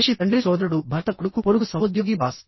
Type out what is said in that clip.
మనిషి తండ్రి సోదరుడు భర్త కొడుకు పొరుగు సహోద్యోగి బాస్